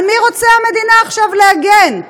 על מי רוצה המדינה עכשיו להגן?